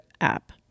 app